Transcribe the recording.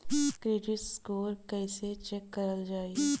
Credit score कइसे check करल जायी?